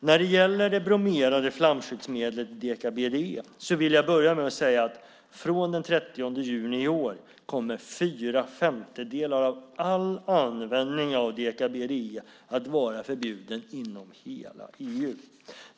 När det gäller det bromerade flamskyddsmedlet deka-BDE vill jag börja med att säga att från den 30 juni i år kommer fyra femtedelar av all användning av deka-BDE att vara förbjuden inom hela EU.